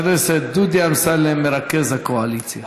חבר הכנסת דודי אמסלם, מרכז הקואליציה.